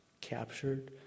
captured